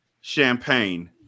champagne